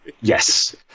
yes